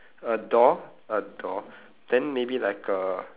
a door a door then maybe like a